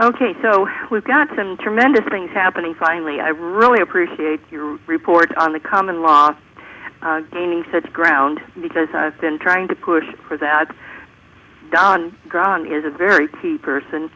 ok so we've got some tremendous things happening finally i really appreciate your report on the common last gaining such ground because i've been trying to push for that don graham is a very key person